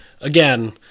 again